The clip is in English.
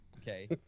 Okay